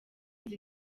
nzi